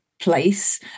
place